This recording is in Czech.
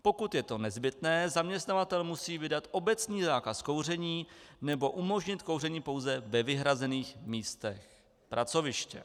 Pokud je to nezbytné, zaměstnavatel musí vydat obecný zákaz kouření nebo umožnit kouření pouze ve vyhrazených místech pracoviště.